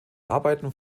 arbeiten